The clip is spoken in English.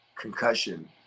concussion